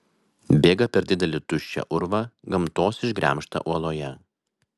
bėga per didelį tuščią urvą gamtos išgremžtą uoloje